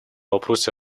вопросе